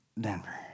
Denver